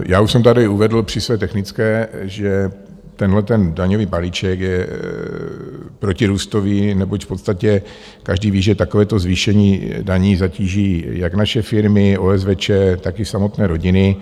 Já už jsem tady uvedl při své technické, že tenhleten daňový balíček je protirůstový, neboť v podstatě každý ví, že takovéto zvýšení daní zatíží jak naše firmy, OSVČ, tak i samotné rodiny.